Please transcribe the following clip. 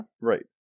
Right